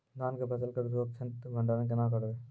धान के फसल के सुरक्षित भंडारण केना करबै?